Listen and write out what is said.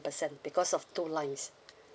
percent because of two lines